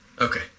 Okay